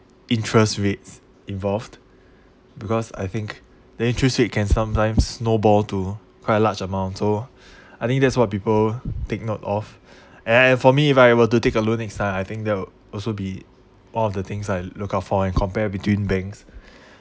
interest rates involved because I think the interest rate can sometime snowball to quite a large amount so I think that's what people take note of and for me if I were to take a loan next time I think that will also be one of the things I look out for and compare between banks